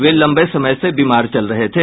वे लंबे समय से बीमार चल रहे थे